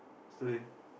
student